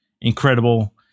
incredible